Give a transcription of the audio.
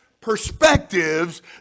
perspectives